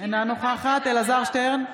אינה נוכחת אלעזר שטרן,